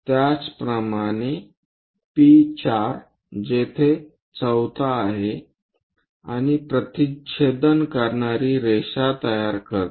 त्याचप्रमाणे P4 जेथे चौथा आहे आणि प्रतिच्छेदन करणारी रेषा तयार करते